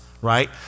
right